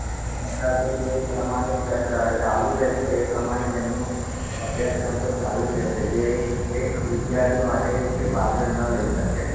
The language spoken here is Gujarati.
એમની જાહેરાતો જે પ્રમાણે ચાલુ રહેશે એ પ્રમાણે તેમનો અભ્યાસક્રમ તો ચાલુ જ રહેશે જે એક એક વિદ્યાર્થી માટે કે પાછળ ના લઈ શકે